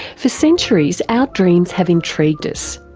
for centuries our dreams have intrigued us.